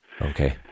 Okay